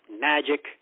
Magic